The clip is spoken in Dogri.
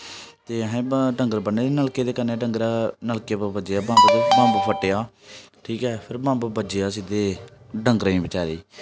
ते असें डंगर ब'न्ने दे नलके दे कन्नै डंगर नलके कोल बज्झे दे बम्ब फट्टेआ ठीक ऐ फिर बम्ब ब'ज्जेआ सिद्धे डंगरे बचारें ई